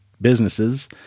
businesses